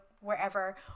wherever